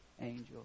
angel